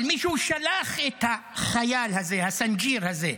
אבל מישהו שלח את החייל הזה, את הסנג'יר הזה.